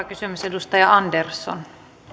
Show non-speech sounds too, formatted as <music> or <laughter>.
<unintelligible> kysymys edustaja andersson arvoisa